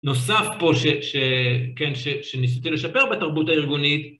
נוסף פה שכן, שניסיתי לשפר בתרבות הארגונית